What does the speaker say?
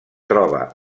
troba